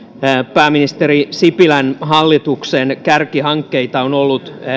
pääministeri sipilän hallituksen kärkihankkeita on ollut